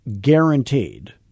guaranteed